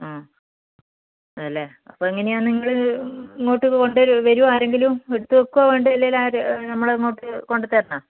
ആ അതേ അല്ലെ അപ്പോൾ എങ്ങനെയാണ് നിങ്ങള് ഇങ്ങോട്ട് കൊണ്ട് വരുമോ വരുമോ ആരെങ്കിലും എടുത്ത് വയ്ക്കുവാണോ വേണ്ടത് അല്ലെങ്കിൽ നമ്മൾ അങ്ങോട്ട് കൊണ്ട്തരണോ